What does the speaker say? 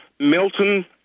Milton